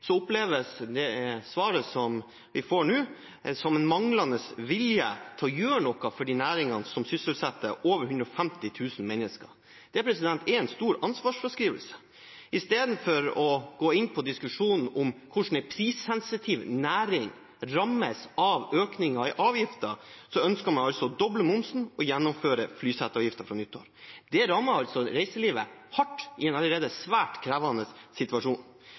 oppleves svaret vi får nå, som en manglende vilje til å gjøre noe for den næringen som sysselsetter over 150 000 mennesker. Det er en stor ansvarsfraskrivelse. I stedet for å gå inn på diskusjonen om hvordan en prissensitiv næring rammes av økninger i avgifter, ønsker man altså å doble momsen og gjennomføre flyseteavgiften fra nyttår. Det rammer altså reiselivet hardt i en allerede svært krevende situasjon.